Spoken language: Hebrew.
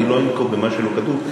אני לא אנקוב במה שלא כתוב.